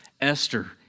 Esther